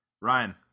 Ryan